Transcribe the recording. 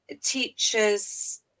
teachers